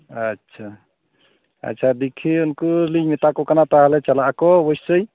ᱟᱪᱪᱷᱟ ᱟᱪᱪᱷᱟ ᱫᱮᱠᱷᱤ ᱩᱱᱠᱩ ᱞᱤᱧ ᱢᱮᱛᱟ ᱠᱚ ᱠᱟᱱᱟ ᱛᱟᱦᱚᱞᱮ ᱪᱟᱞᱟᱜ ᱟᱠᱚ ᱚᱵᱳᱥᱥᱳᱭ